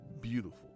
beautiful